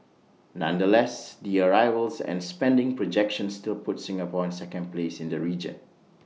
nonetheless the arrivals and spending projections still put Singapore in second place in the region